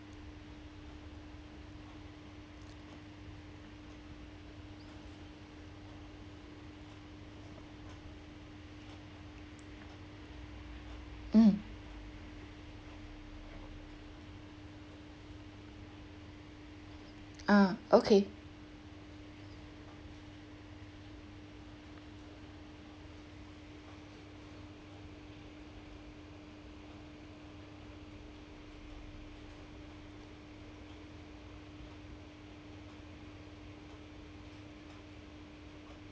mm ah okay